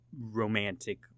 romantic